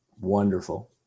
wonderful